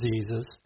diseases